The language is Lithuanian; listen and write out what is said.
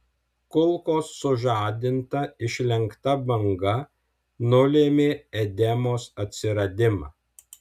kulkos sužadinta išlenkta banga nulėmė edemos atsiradimą